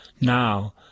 Now